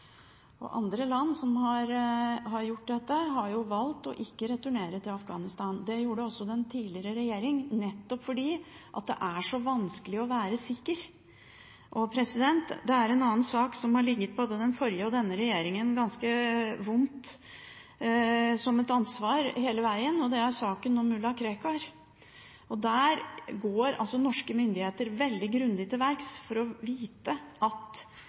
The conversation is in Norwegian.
Andre land som har gjort dette, har valgt ikke å returnere til Afghanistan. Det gjorde også den forrige regjeringen, nettopp fordi det er så vanskelig å være sikker. Det er en annen sak som hele veien har vært et ganske vondt og tungt ansvar for både den forrige og denne regjeringen, og det er saken om mulla Krekar. Der går norske myndigheter veldig grundig til verks for å vite at